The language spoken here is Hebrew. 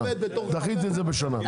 דחית את זה בשנה,